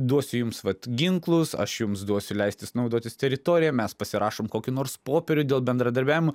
duosiu jums vat ginklus aš jums duosiu leistis naudotis teritorija mes pasirašom kokį nors popierių dėl bendradarbiavimo